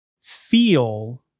feel